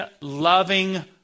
loving